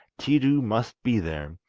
tiidu must be there,